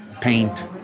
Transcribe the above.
paint